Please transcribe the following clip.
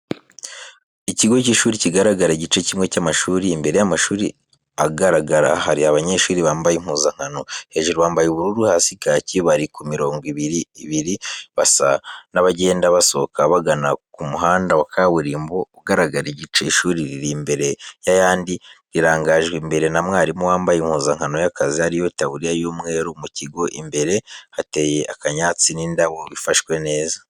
Ikigo cy'ishuri kigaragara igice kimwe cy'amashuri. Imbere y'amashuri agaragara, hari abanyeshuri bambaye impuzankano, hejuru bambaye ubururu hasi kaki, bari ku mirongo ibiri ibiri, basa n'abagenda basohoka bagana ku muhanda wa kaburimbo ugaragara igice. Ishuri riri imbere y'ayandi rirangajwe imbere na mwarimu, wambaye impuzankano y'akazi, ariyo taburiya y'umweru. Mu kigo imbere hateye akanyatsi n'indabo bifashwe neza.